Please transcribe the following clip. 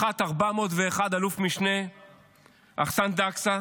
מח"ט 401, אלוף-משנה אחסאן דקסה